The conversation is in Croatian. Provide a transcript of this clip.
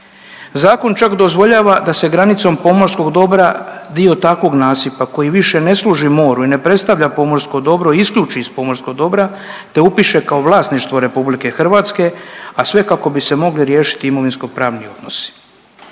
Zakon čak dozvoljava da se granicom pomorskog dobra dio takvog nasipa koji više ne služi moru i ne predstavlja pomorsko dobro i isključi iz pomorskog dobra te upiše kao vlasništvo RH, a ne kako bi se mogli riješiti imovinskopravni odnosi.